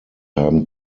haben